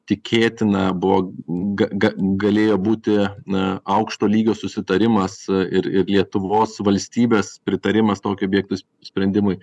tikėtina buvo g g galėjo būti na aukšto lygio susitarimas ir ir lietuvos valstybės pritarimas tokio obejktus sprendimui